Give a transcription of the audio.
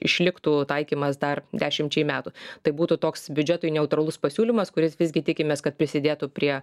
išliktų taikymas dar dešimčiai metų tai būtų toks biudžetui neutralus pasiūlymas kuris visgi tikimės kad prisidėtų prie